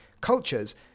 cultures